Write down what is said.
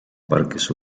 parques